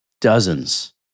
dozens